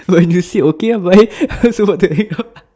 when you say okay ah bye I was about to hang up